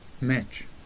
match